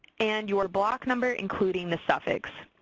and your block number including the suffix.